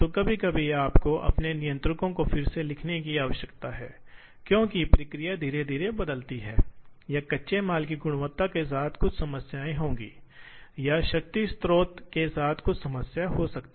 कभी कभी आप जानते हैं कि आप एक दिन के लिए एक मशीन का कार्यक्रम करते हैं और इसे एक बार में पर्याप्त कार्य सामग्री के साथ खिलाते हैं और फिर इसे पूरे दिन बिना किसी पर्यवेक्षण या किसी भी प्रकार के संचालन के व्यक्तिगत रूप से चलाते हैं यह इन मशीनों में से एक के निर्माण पर जा सकते हैं